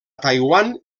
taiwan